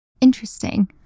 Interesting